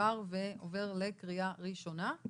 עבר ועובר לקריאה ראשונה.